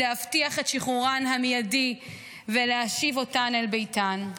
להבטיח את שחרורן המיידי ולהשיב אותן אל ביתן.